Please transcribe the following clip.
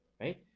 right